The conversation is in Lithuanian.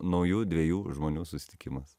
naujų dviejų žmonių susitikimas